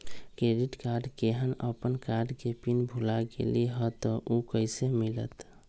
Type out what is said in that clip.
Credit card केहन अपन card के पिन भुला गेलि ह त उ कईसे मिलत?